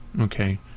okay